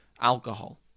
alcohol